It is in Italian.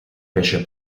pesce